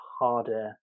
harder